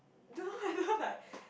dunno whether like